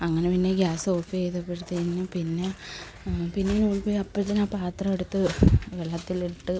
അങ്ങനെ പിന്നെ gas off ചെയ്തു അപ്പോഴത്തേക്കും പിന്നെ പിന്നെ ഓടിപ്പോയി അപ്പഴത്തേക്കും ആ പാത്രം എടുത്ത് വെള്ളത്തിൽ ഇട്ട്